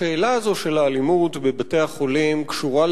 השאלה הזו של האלימות בבתי-החולים קשורה,